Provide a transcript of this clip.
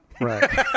Right